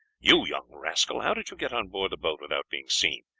you young rascal, how did you get on board the boat without being seen?